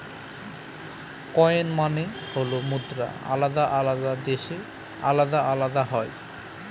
coin মানে হল মুদ্রা আলাদা আলাদা দেশে আলাদা আলাদা হয়